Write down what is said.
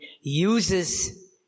uses